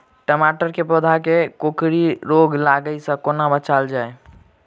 टमाटर केँ पौधा केँ कोकरी रोग लागै सऽ कोना बचाएल जाएँ?